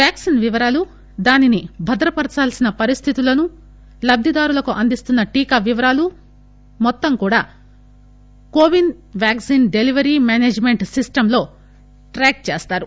vaccine వివరాలు దాన్ని భద్రపరచాల్సిన పరిస్థితులు లబ్దిదారులకు అందిస్తున్న టీకా వివరాలు మొత్తం CoWIN vaccine delivery management system లో ట్రాక్ చేయనున్నారు